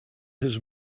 his